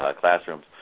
classrooms